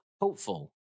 hopeful